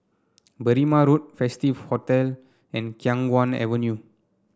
Berrima Road Festive Hotel and Khiang Guan Avenue